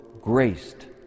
graced